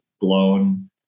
blown